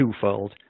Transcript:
twofold